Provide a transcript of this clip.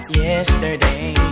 yesterday